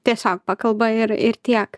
tiesiog pakalba ir ir tiek